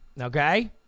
okay